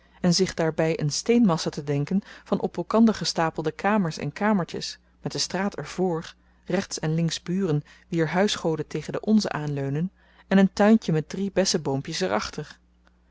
en zich daarby een steenmassa te denken van op elkander gestapelde kamers en kamertjes met de straat er voor rechts en links buren wier huisgoden tegen de onzen aanleunen en een tuintje met drie bessenboompjes er achter